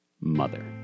Mother